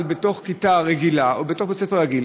בתוך כיתה רגילה או בתוך בית-ספר רגיל.